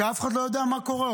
כי אף אחד לא יודע מה קורה,